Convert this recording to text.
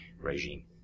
regime